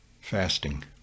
fasting